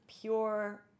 pure